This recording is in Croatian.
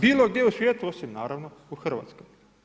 Bilo gdje u svijetu osim naravno u Hrvatskoj.